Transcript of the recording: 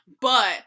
But-